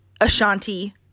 Ashanti